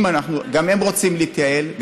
גם הם רוצים להתייעל.